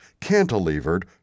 cantilevered